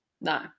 No